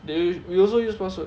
they we also use password